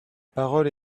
parole